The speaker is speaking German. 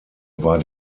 war